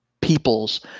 peoples